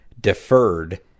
deferred